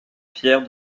fière